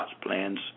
plans